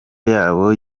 yabo